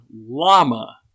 llama